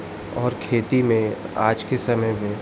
और खेती में आज के समय में